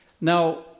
Now